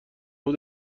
بود